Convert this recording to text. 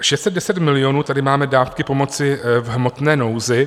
610 milionů tady máme dávky pomoci v hmotné nouzi.